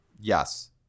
Yes